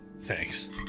thanks